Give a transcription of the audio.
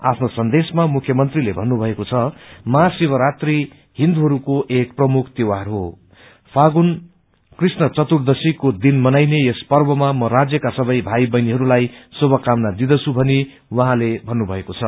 आफ्नो सन्देशमा मुख्यमंत्रीले भन्नुभएको छ महाशिवरात्रि हिन्दुहरूको एक प्रमुख त्यौहार हो फाल्गुन कृष्ण चतुदेशीको दिन मनाइने यस पर्वमा म राज्यका सबै भाई बहिनाहरूलाई शुभकामना दिँदछु भनी उहाँले भन्नुभएको छ